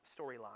storyline